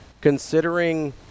considering